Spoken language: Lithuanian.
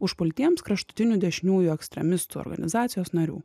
užpultiems kraštutinių dešiniųjų ekstremistų organizacijos narių